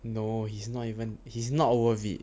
no he's not even he's not worth it